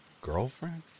Girlfriend